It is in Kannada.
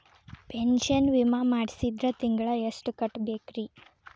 ಪೆನ್ಶನ್ ವಿಮಾ ಮಾಡ್ಸಿದ್ರ ತಿಂಗಳ ಎಷ್ಟು ಕಟ್ಬೇಕ್ರಿ?